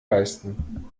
leisten